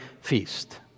feast